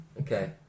Okay